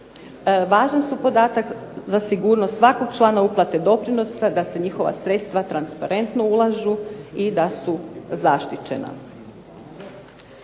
važan su podatak za sigurnost svakog člana uplate doprinosa, da se njihova sredstva transparentno ulažu i da su zaštićena.